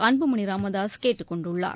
அன்புமணி ராமதாஸ் கேட்டுக் கொண்டுள்ளார்